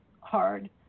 hard